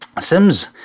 Sims